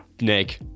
Nick